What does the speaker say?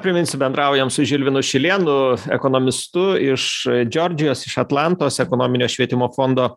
priminsiu bendraujam su žilvinu šilėnu ekonomistu iš džordžijos iš atlantos ekonominio švietimo fondo